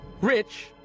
rich